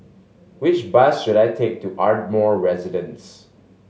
which bus should I take to Ardmore Residence